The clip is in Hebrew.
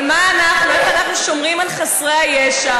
אבל מה אנחנו, איך אנחנו שומרים על חסרי הישע?